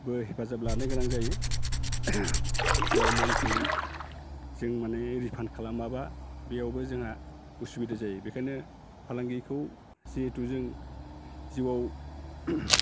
बो हेफाजाब लानो गोनां जायो जाय ल'नखौ जों माने रिफान्ड खालामाबा बेयावबो जोंहा असुबिदा जायो बेखायनो फालांगिखौ जिहेथु जों जिउआव